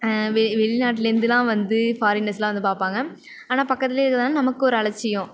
வெ வெளிநாட்டில இருந்தெலாம் வந்து ஃபாரினர்ஸெலாம் வந்து பார்ப்பாங்க ஆனால் பக்கத்துலேயே இருக்கிறதுனால நமக்கு ஒரு அலட்சியம்